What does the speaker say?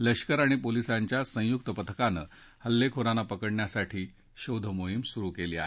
लष्कर आणि पोलिसांच्या संयुक्त पथकानं हल्लेखोरांना पकडण्यासाठी शोधमोहीम सुरु केली आहे